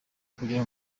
kugira